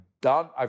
done